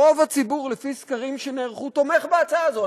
רוב הציבור, לפי סקרים שנערכו, תומך בהצעה הזו.